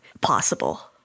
possible